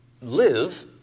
live